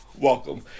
welcome